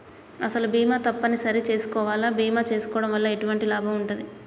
అసలు బీమా తప్పని సరి చేసుకోవాలా? బీమా చేసుకోవడం వల్ల ఎటువంటి లాభం ఉంటది?